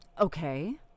okay